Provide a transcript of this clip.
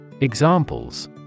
Examples